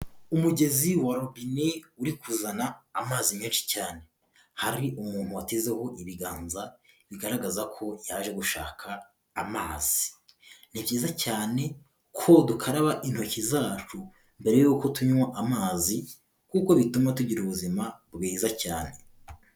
Umugezi wa robine uri kuzana amazi menshi cyane. Hari umuntu watezeho ibiganza bigaragaza ko yaje gushaka amazi. Ni byiza cyane ko dukaraba intoki zacu mbere yuko tunywa amazi kuko bituma tugira ubuzima bwiza cyane.